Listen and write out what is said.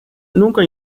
nunca